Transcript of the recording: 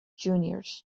juniors